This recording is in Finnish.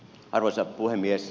arvoisa puhemies